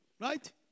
Right